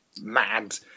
mad